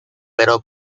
pero